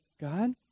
God